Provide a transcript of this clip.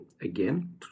again